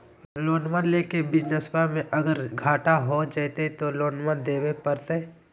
लोनमा लेके बिजनसबा मे अगर घाटा हो जयते तो लोनमा देवे परते?